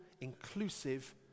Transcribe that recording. inclusive